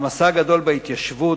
המסע הגדול בהתיישבות,